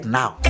now